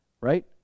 right